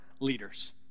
leaders